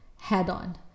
head-on